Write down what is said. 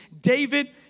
David